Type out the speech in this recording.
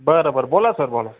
बरं बरं बोला सर बोला